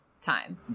time